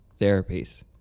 therapies